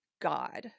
god